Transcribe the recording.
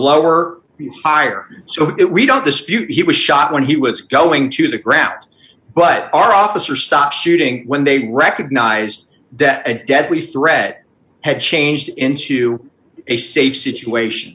lower higher so it we don't dispute he was shot when he was going to the crap but our officer stopped shooting when they recognized that a deadly threat had changed into a safe situation